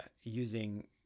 Using